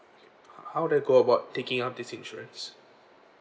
how how do I go about taking up this insurance